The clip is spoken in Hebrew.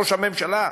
ראש הממשלה,